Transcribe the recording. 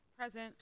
Present